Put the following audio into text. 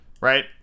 Right